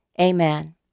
Amen